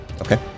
Okay